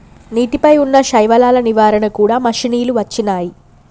నీటి పై వున్నా శైవలాల నివారణ కూడా మషిణీలు వచ్చినాయి